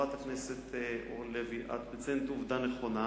חברת הכנסת אורלי לוי, את מציינת עובדה נכונה,